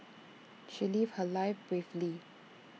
she lived her life bravely